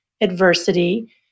adversity